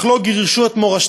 אך לא גירשו את מורשתם.